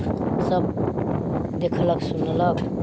सभ देखलक सुनलक